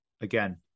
Again